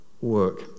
work